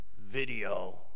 video